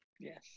Yes